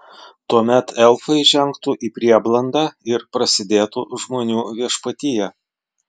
tuomet elfai žengtų į prieblandą ir prasidėtų žmonių viešpatija